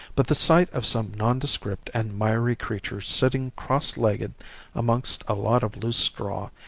but the sight of some nondescript and miry creature sitting cross-legged amongst a lot of loose straw,